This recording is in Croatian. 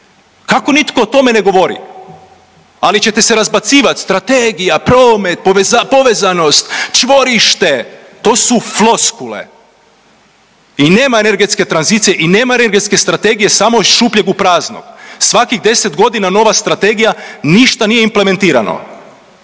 Kako nitko o tome ne govori? Ali ćete se razbacivati strategija, promet, povezanost, čvorište. To su floskule i nema energetske tranzicije i nema energetske strategije. Samo iz šupljeg u prazno. Svakih 10 godina nova strategija, ništa nije implementirano.